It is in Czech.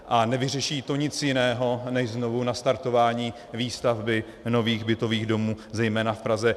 A nevyřeší to nic jiného než znovunastartování výstavby nových bytových domů, zejména v Praze.